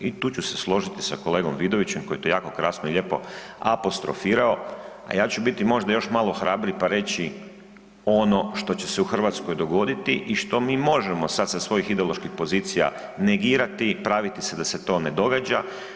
I tu ću se složiti sa kolegom Vidovićem koji je to jako krasno i lijepo apostrofirao, a ja ću biti možda još malo hrabriji pa reći ono što će se u Hrvatskoj dogoditi i što mi možemo sad sa svojih ideoloških pozicija negirati i praviti se da se to ne događa.